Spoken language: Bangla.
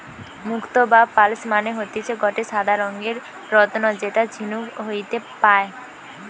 মুক্তো বা পার্লস মানে হতিছে গটে সাদা রঙের রত্ন যেটা ঝিনুক হইতে পায়